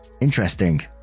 Interesting